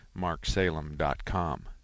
MarkSalem.com